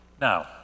Now